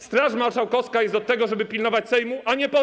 Straż Marszałkowska jest od tego, żeby pilnować Sejmu, a nie posłów.